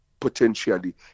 potentially